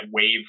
wave